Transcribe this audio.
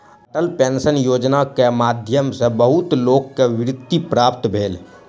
Atal pension योजना के माध्यम सॅ बहुत लोक के वृत्ति प्राप्त भेल